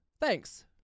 Thanks